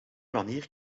manier